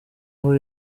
aho